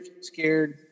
scared